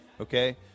Okay